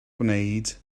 gwneud